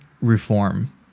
reform